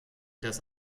das